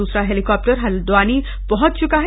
दूसरा हेलीकाप्टर हल्द्वानी पहुंच च्का है